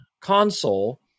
console